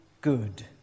good